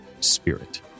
spirit